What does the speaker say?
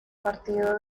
partido